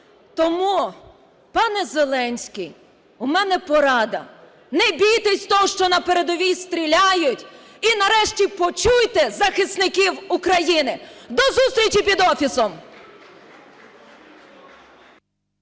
Тому, пане Зеленський, у мене порада. Не бійтеся того, що на передовій стріляють і нарешті почуйте захисників України! До зустрічі під Офісом!